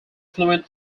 fluent